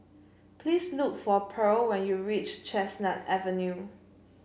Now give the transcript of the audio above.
please look for Pearl when you reach Chestnut Avenue